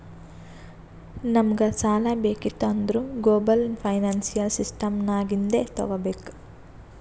ನಮುಗ್ ಸಾಲಾ ಬೇಕಿತ್ತು ಅಂದುರ್ ಗ್ಲೋಬಲ್ ಫೈನಾನ್ಸಿಯಲ್ ಸಿಸ್ಟಮ್ ನಾಗಿಂದೆ ತಗೋಬೇಕ್